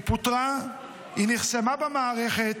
היא פוטרה, היא נחסמה במערכת,